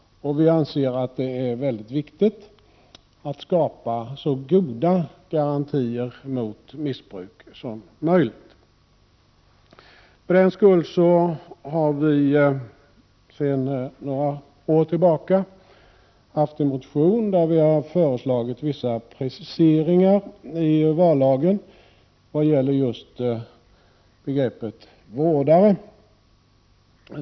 Vi anser att det är mycket viktigt att skapa så goda garantier som möjligt mot missbruk. Mot den bakgrunden har vi sedan några år tillbaka haft en motion där vi har föreslagit vissa preciseringar i vallagen när det gäller just begreppet vårdare.